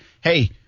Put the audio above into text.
hey